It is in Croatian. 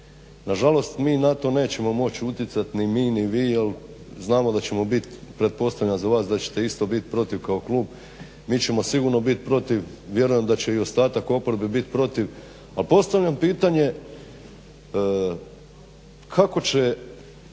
Nažalost mi na to nećemo moć utjecat ni mi ni vi i znamo da ćemo biti pretpostavljam za vas da ćete isto biti protiv kao klub. Mi ćemo sigurno biti protiv, vjerujem da će i ostatak oporbe biti protiv. A postavljam pitanje kako će